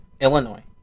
Illinois